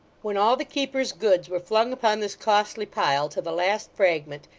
when all the keeper's goods were flung upon this costly pile, to the last fragment,